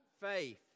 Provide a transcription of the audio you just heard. faith